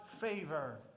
favor